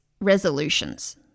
resolutions